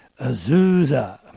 Azusa